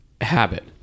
habit